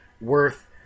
worth